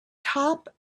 top